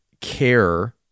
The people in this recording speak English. care